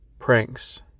pranks